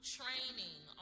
training